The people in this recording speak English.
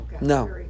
No